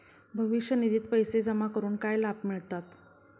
भविष्य निधित पैसे जमा करून काय लाभ मिळतात?